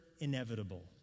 inevitable